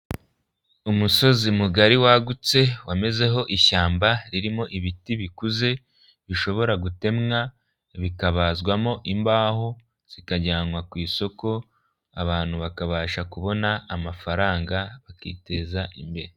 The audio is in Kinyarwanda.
Umusozi mugari wagutse wamezeho ishyamba ririmo ibiti bikuze bishobora gutemwa bikabazwamo imbaho zikajyanwa ku isoko abantu bakabasha kubona amafaranga bakiteza imbere.